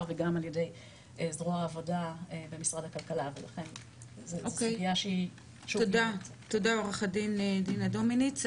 וגם ע"י זרוע העבודה במשרד הכלכלה תודה עו"ד דינה דומיניץ.